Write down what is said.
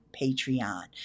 Patreon